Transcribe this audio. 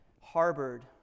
harbored